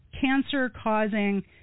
cancer-causing